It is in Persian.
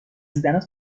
دیدنت